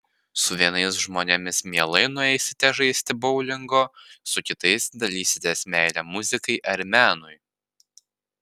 su vienais žmonėmis mielai nueisite žaisti boulingo su kitais dalysitės meile muzikai ar menui